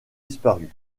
disparu